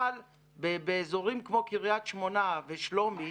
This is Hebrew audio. אבל באזורים כמו קריית שמונה ושלומי,